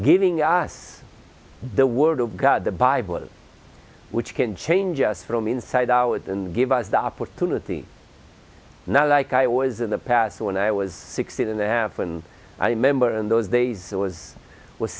giving us the word of god the bible which can change us from inside out and give us the opportunity now like i always in the past when i was sixteen and there when i remember in those days it was w